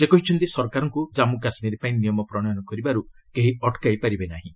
ସେ କହିଛନ୍ତି ସରକାରଙ୍କ କାନ୍ମ କାଶ୍ରୀର ପାଇଁ ନିୟମ ପ୍ରଣୟନ କରିବାର୍ କେହି ଅଟକାଇ ପାରିବେ ନାହିଁ